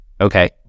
Okay